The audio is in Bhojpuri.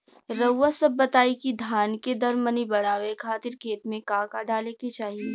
रउआ सभ बताई कि धान के दर मनी बड़ावे खातिर खेत में का का डाले के चाही?